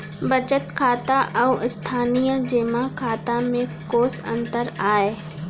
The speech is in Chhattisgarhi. बचत खाता अऊ स्थानीय जेमा खाता में कोस अंतर आय?